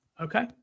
Okay